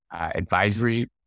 advisory